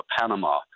Panama